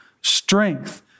strength